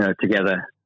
together